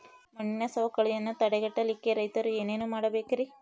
ಮಣ್ಣಿನ ಸವಕಳಿಯನ್ನ ತಡೆಗಟ್ಟಲಿಕ್ಕೆ ರೈತರು ಏನೇನು ಮಾಡಬೇಕರಿ?